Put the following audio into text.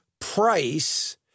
price